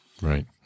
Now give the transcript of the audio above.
Right